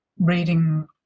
reading